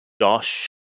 Josh